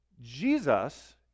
Jesus